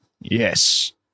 Yes